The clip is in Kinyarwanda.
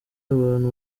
abantu